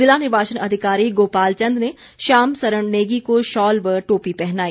ज़िला निर्वाचन अधिकारी गोपाल चंद ने श्याम सरण नेगी को शॉल व टोपी पहनाई